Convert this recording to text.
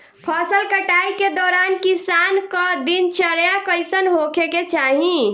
फसल कटाई के दौरान किसान क दिनचर्या कईसन होखे के चाही?